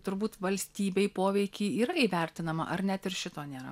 turbūt valstybei poveikį yra įvertinama ar net ir šito nėra